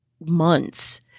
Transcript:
months